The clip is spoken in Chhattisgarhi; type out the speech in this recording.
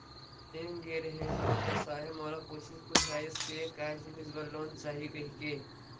बेंक गे रेहे हंव ता साहेब मोला पूछिस पुछाइस के काय जिनिस बर लोन चाही कहिके?